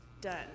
done